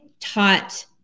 taught